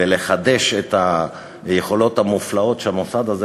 ולחדש את היכולות המופלאות של המוסד הזה